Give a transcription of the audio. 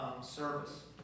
service